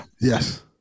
Yes